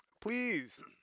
Please